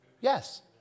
Yes